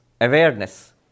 awareness